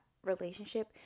relationship